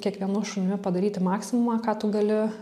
kiekvienu šunimi padaryti maksimumą ką tu gali